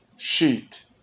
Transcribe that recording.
Sheet